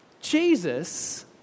Jesus